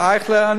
לאייכלר?